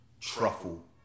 truffle